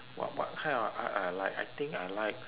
what what kind of art I like I think I like